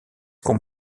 qu’on